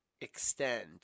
extend